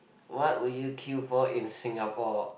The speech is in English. what would you queue for in Singapore